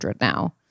now